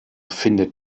findet